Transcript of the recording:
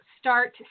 start